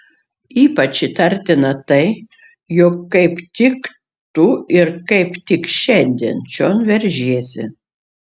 ypač įtartina tai jog kaip tik tu ir kaip tik šiandien čion veržiesi